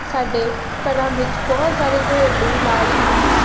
ਸਾਡੇ ਘਰਾਂ ਵਿੱਚ ਬਹੁਤ ਸਾਰੇ ਘਰੇਲੂ ਇਲਾਜ ਹਨ